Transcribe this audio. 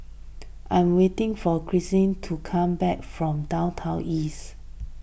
I am waiting for Christeen to come back from Downtown East